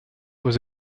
was